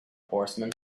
horsemen